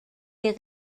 est